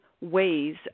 ways